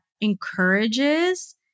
encourages